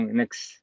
next